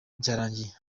byarangiye